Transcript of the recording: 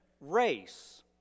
race